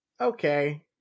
Okay